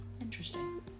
Interesting